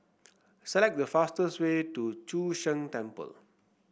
select the fastest way to Chu Sheng Temple